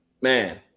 man